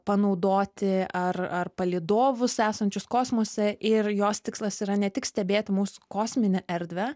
panaudoti ar ar palydovus esančius kosmose ir jos tikslas yra ne tik stebėti mūsų kosminę erdvę